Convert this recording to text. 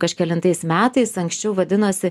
kažkelintais metais anksčiau vadinosi